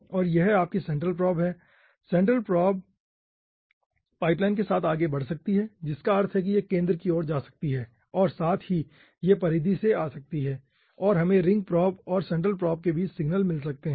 और यह आपकी सेंट्रल प्रोब है सेंट्रल प्रोब पाइपलाइन के साथ आगे बढ़ सकती है जिसका अर्थ है कि यह केंद्र की ओर जा सकती है और साथ ही यह परिधि से आ सकती है और हमें रिंग प्रोब और सेंट्रल प्रोब के बीच सिग्नल मिल सकते हैं